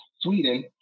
Sweden